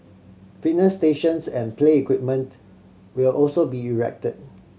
fitness stations and play equipment will also be erected